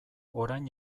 orain